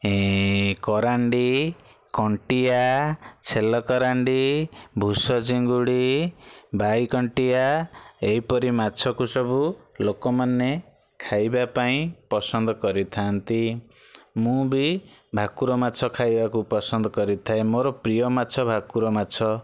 ଇ କରାଣ୍ଡି କଣ୍ଟିଆ ଛେଲକରାଣ୍ଡି ଭୂସଚିଙ୍ଗୁଡ଼ି ବାଇକଣ୍ଟିଆ ଏହିପରି ମାଛକୁ ସବୁ ଲୋକମାନେ ଖାଇବା ପାଇଁ ପସନ୍ଦ କରିଥାନ୍ତି ମୁଁ ବି ଭାକୁର ମାଛ ଖାଇବାକୁ ପସନ୍ଦ କରିଥାଏ ମୋର ପ୍ରିୟ ମାଛ ଭାକୁର ମାଛ